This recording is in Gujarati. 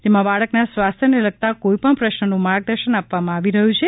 જેમાં બાળકના સ્વાસ્થ્યને લગતા કોઇ પણ પ્રશ્નનું માર્ગદર્શન આપવામાં આવી રહ્યુ છે